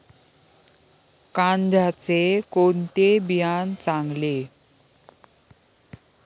कांद्याचे कोणते बियाणे चांगले?